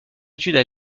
études